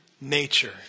nature